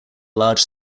large